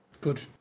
Good